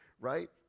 right